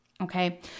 Okay